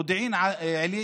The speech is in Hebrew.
מודיעין עילית,